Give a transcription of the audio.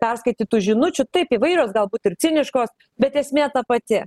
perskaitytų žinučių taip įvairios galbūt ir ciniškos bet esmė ta pati